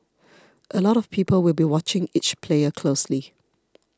a lot of people will be watching each player closely